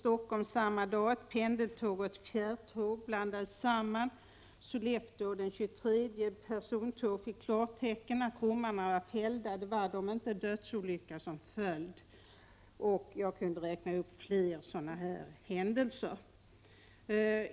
Samma dag hände det i Stockholm att ett pendeltåg kom in på det spår som var avsett för fjärrtåg och vice versa. Den 23 november fick föraren på ett persontåg i Sollefteå klartecken att bommarna var nedfällda, men det var de inte. Följden blev en dödsolycka. Jag skulle kunna räkna upp fler händelser av det här slaget.